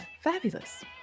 fabulous